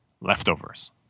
leftovers